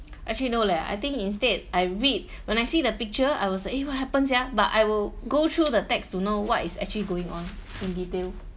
actually no leh I think instead I read when I see the picture I will say eh what happens ya but I will go through the text to know what is actually going on in detail